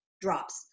drops